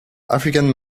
african